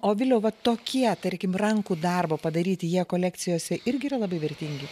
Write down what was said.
o viliau va tokie tarkim rankų darbo padaryti jie kolekcijose irgi yra labai vertingi